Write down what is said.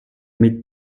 mit